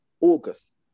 August